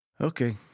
Okay